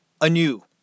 anew